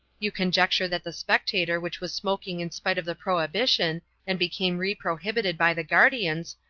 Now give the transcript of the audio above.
you conjecture that the spectator which was smoking in spite of the prohibition and become reprohibited by the guardians,